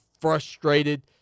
frustrated